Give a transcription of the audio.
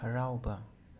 ꯍꯔꯥꯎꯕ